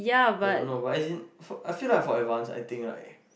I don't know but as in  I feel that for advance I think right